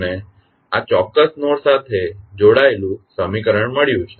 તમને આ ચોક્કસ નોડ સાથે જોડાયેલું સમીકરણ મળ્યું છે